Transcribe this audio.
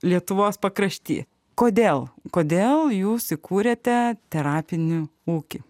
lietuvos pakrašty kodėl kodėl jūs įkūrėte terapinį ūkį